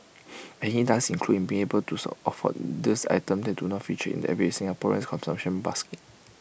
and IT does include being able to afford this items that do not feature in the everything Singaporean's consumption basket